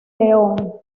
león